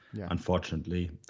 unfortunately